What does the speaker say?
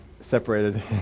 separated